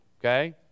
okay